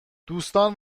دوستان